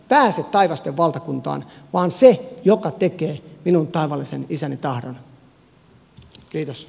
pääse taivasten valtakuntaan vaan se joka tekee minun taivaallisen isäni tahdon